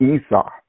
Esau